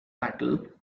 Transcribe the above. battle